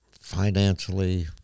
Financially